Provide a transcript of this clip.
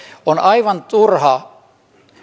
on aivan turha